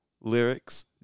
lyrics